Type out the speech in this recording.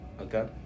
Okay